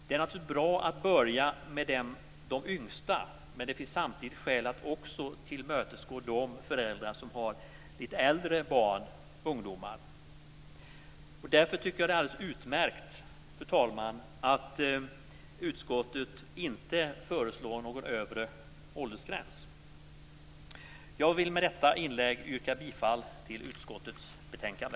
Det är naturligtvis bra att börja med de yngsta, men det finns samtidigt skäl att också tillmötesgå föräldrar som har litet äldre barn och ungdomar. Därför tycker jag att det är alldeles utmärkt att utskottet inte föreslår någon övre åldersgräns. Jag vill med detta inlägg yrka bifall till hemställan i utskottets betänkande.